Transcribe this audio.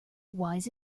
wise